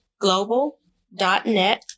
global.net